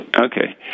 Okay